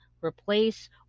replace